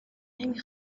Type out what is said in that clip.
نمی